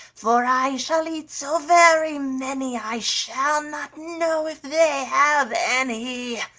for i shall eat so very many, i shall not know if they have any.